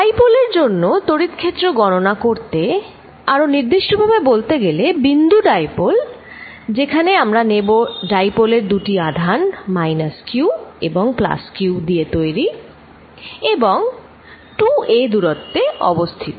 dipole এর জন্য তড়িৎ ক্ষেত্র গণনা করতে আরো নির্দিষ্টভাবে বলতে গেলে বিন্দু ডাইপোল যেখানে আমার নেব ডাইপোল এর দুটি আধান মাইনাস কিউ এবং প্লাস কিউq দিয়ে তৈরি এবং 2a দূরত্বে অবস্থিত